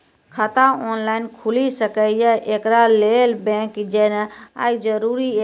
खाता ऑनलाइन खूलि सकै यै? एकरा लेल बैंक जेनाय जरूरी एछि?